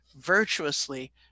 virtuously